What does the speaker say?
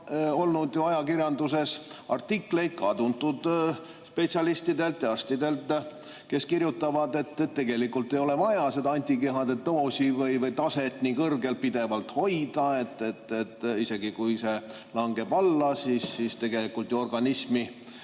meil ka ajakirjanduses olnud artikleid tuntud spetsialistidelt ja arstidelt, kes kirjutavad, et tegelikult ei ole vaja seda antikehade taset pidevalt nii kõrgel hoida. Isegi kui see langeb alla, siis tegelikult ju organismi